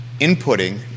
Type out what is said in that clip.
inputting